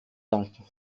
danken